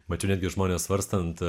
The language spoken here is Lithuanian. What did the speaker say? mačiau netgi žmones svarstant